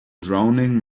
drowning